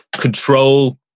control